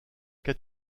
qu’as